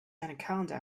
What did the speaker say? anaconda